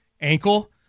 ankle